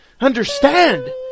understand